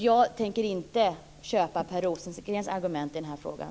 Jag tänker inte köpa Per Rosengrens argument i den här frågan.